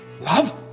love